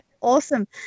awesome